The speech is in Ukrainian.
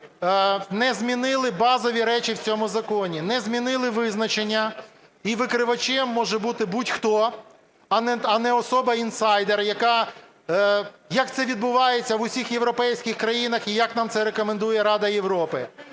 не змінили базові речі в цьому законі, не змінили визначення, і викривачем може бути будь-хто, а не особа-інсайдер, яка, як це відбувається в усіх європейських країнах і як нам це рекомендує Рада Європи,